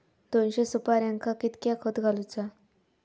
दोनशे सुपार्यांका कितक्या खत घालूचा?